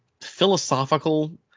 philosophical